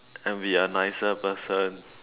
and be a nicer person